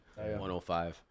105